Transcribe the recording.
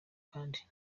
kandi